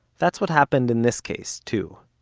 that's what happened in this case too.